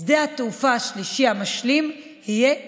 שדה התעופה השלישי המשלים יהיה בדרום,